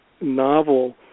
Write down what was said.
novel